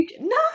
No